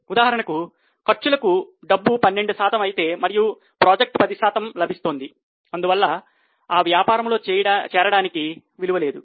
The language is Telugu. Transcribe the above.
ఉదాహరణకు ఖర్చులకు డబ్బు 12 శాతం అయితే మరియు ప్రాజెక్టు 10 శాతం లభిస్తోంది అందువల్ల ఆ వ్యాపారంలో చేరడానికి విలువ లేదు